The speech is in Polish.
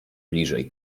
bliżej